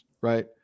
right